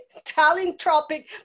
Talentropic